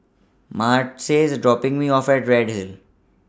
Martez IS dropping Me off At Redhill